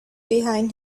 behind